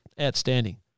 outstanding